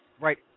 Right